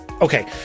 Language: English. Okay